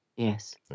Yes